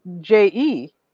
j-e